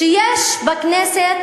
שיש בכנסת,